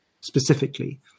specifically